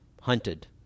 hunted